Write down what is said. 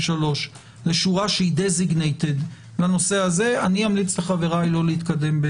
לשורה שהיא מיועדת לנושא הזה אמליץ לחבריי לא להתקדם,